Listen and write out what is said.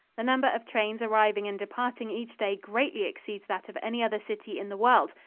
the number of trains arriving and departing each day greatly exceeds that of any other city in the world,